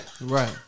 Right